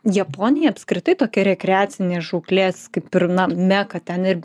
japonija apskritai tokia rekreacinė žūklė kaip ir name kad ten ir